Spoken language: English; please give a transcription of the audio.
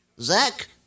Zach